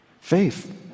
Faith